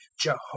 Jehovah